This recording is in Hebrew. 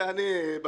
זה אני.